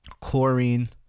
chlorine